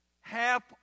Half